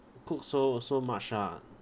cook so so much ah